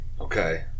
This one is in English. Okay